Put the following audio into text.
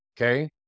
okay